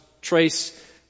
trace